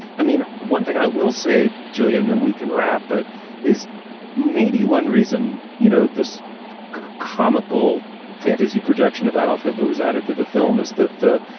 i mean, one thing i will say, julia, and then we can wrap it but is maybe one reason, you know, this comical fantasy projection of that of hitler was added to the film is that the